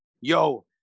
yo